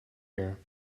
here